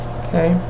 okay